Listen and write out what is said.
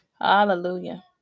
Hallelujah